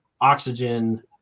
oxygen